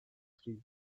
three